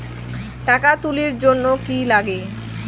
টাকা তুলির জন্যে কি লাগে?